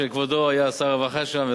שכבודו היה שר הרווחה שם?